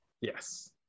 Yes